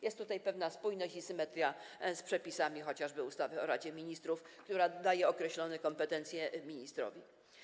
Jest tutaj pewna spójność i symetria z przepisami, chociażby z przepisami ustawy o Radzie Ministrów, która daje określone kompetencje ministrowi.